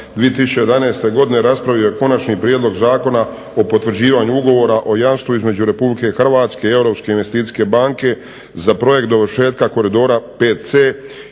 2011. godine. Odbor je konačni prijedlog zakona o potvrđivanju Ugovora o jamstvu između Republike Hrvatske i Europske investicijske banke za projekt dovršetka koridora VC